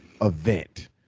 event